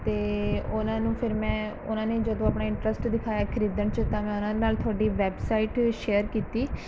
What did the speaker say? ਅਤੇ ਉਹਨਾਂ ਨੂੰ ਫਿਰ ਮੈਂ ਉਹਨਾਂ ਨੇ ਜਦੋਂ ਆਪਣਾ ਇੰਟਰਸਟ ਦਿਖਾਇਆ ਖਰੀਦਣ 'ਚ ਤਾਂ ਮੈਂ ਉਹਨਾਂ ਨਾਲ ਤੁਹਾਡੀ ਵੈਬਸਾਈਟ ਸ਼ੇਅਰ ਕੀਤੀ